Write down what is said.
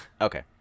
Okay